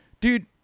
dude